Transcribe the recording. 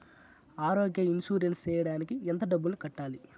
ఆరోగ్య ఇన్సూరెన్సు సేయడానికి ఎంత డబ్బుని కట్టాలి?